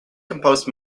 composed